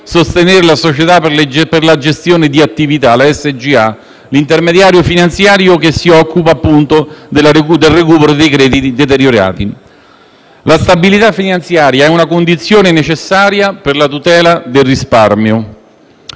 sostenere la Società per la gestione di attività - la SGA - che è l'intermediario finanziario che si occupa del recupero dei crediti deteriorati. La stabilità finanziaria è una condizione necessaria per la tutela del risparmio.